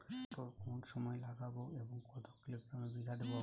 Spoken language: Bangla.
মটর কোন সময় লাগাবো বা কতো কিলোগ্রাম বিঘা দেবো?